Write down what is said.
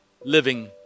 living